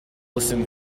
listen